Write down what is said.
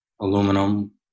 aluminum